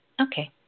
Okay